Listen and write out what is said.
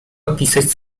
opisać